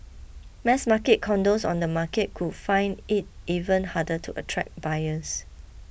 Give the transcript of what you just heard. mass market condos on the market could find it even harder to attract buyers